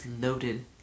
loaded